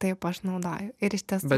taip aš naudoju ir iš tiesų